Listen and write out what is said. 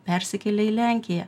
persikėlė į lenkiją